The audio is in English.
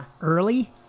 Early